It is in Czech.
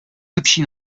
lepší